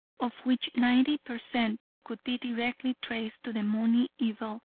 of which ninety per cent could be directly traced to the money evil,